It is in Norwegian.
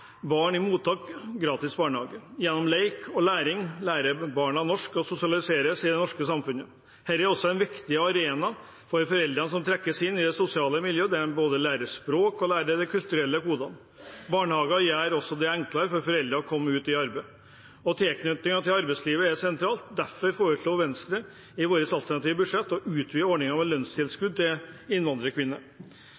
barn i mottak gratis barnehage. Gjennom lek og læring lærer barna norsk og sosialiseres i det norske samfunnet. Dette er også en viktig arena for foreldrene, som trekkes inn i det sosiale miljøet, der de lærer både språket og de kulturelle kodene. Barnehage gjør det også enklere for foreldrene å komme ut i arbeid. Tilknytningen til arbeidslivet er sentralt, derfor foreslo Venstre i sitt alternative budsjett å utvide ordningen med